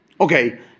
Okay